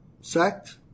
sacked